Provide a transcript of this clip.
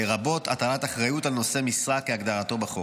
לרבות הטלת אחריות על נושא משרה כהגדרתו בחוק.